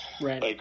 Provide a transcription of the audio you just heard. Right